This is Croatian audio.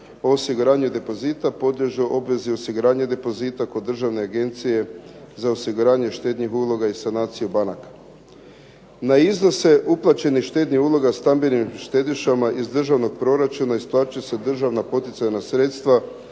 o osiguranje depozita podliježe obvezi osiguranja depozita kod Državne agencije za osiguranje štednih uloga i sanaciju banaka. Na iznose uplaćenih štednih uloga stambenim štedišama iz državnog proračuna isplatit će se državna poticajna sredstva